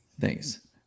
Thanks